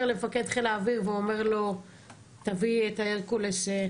למפקד חיל האוויר ואומר לו 'תביא את ההרקולס'.